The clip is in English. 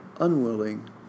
unwilling